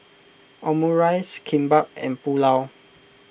Omurice Kimbap and Pulao